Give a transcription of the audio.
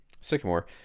Sycamore